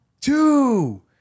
two